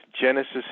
Genesis